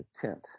tent